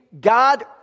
God